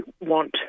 want